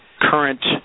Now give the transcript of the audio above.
current